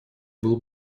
было